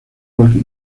puede